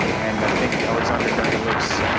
and i think oleksandr danylyuk's